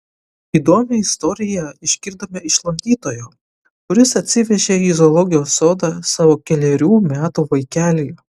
įdomią istoriją išgirdome iš lankytojo kuris atsivežė į zoologijos sodą savo kelerių metų vaikelį